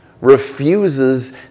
refuses